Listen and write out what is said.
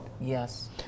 Yes